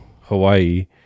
Hawaii